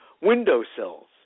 windowsills